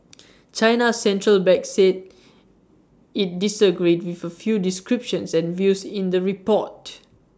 China's Central Bank said IT disagreed with A few descriptions and views in the report